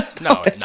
no